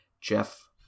Jeff